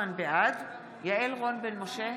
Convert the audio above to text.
בעד יעל רון בן משה,